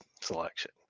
selection